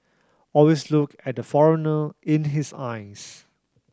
always look at the foreigner in his eyes